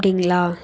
அப்படிங்ளா